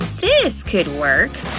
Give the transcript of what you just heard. this could work,